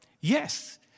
Yes